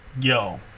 yo